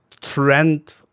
trend